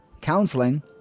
counseling